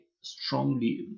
strongly